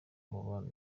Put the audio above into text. umubano